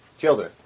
children